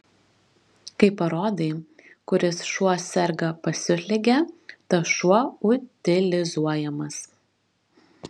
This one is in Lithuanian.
kai parodai kuris šuo serga pasiutlige tas šuo utilizuojamas